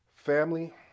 Family